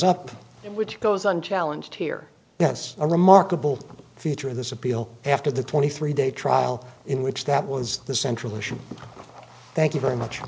and which goes unchallenged here yes a remarkable feature of this appeal after the twenty three day trial in which that was the central issue thank you very much